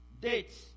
dates